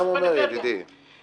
זה גם מה שאני אומר, ידידי.